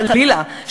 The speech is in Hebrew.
חלילה,